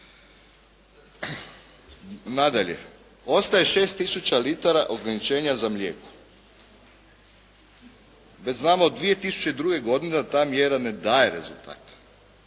Nadalje, ostaje 6 tisuća litara ograničenja za mlijeko. Već znamo da 2002. godine da ta mjera ne daje rezultat.